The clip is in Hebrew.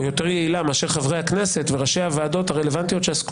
חבר הכנסת גלעד קריב, אני מציע